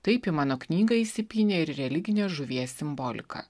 taip į mano knygą įsipynė ir religinė žuvies simbolika